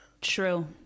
True